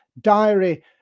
diary